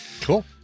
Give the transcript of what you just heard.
Cool